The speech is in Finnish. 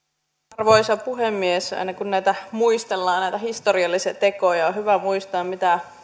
arvoisa puhemies aina kun muistellaan näitä historiallisia tekoja on hyvä muistaa mitä